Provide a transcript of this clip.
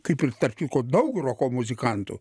kaip ir tarp kitko daug roko muzikantų